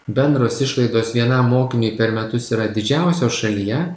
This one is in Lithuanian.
bendros išlaidos vienam mokiniui per metus yra didžiausios šalyje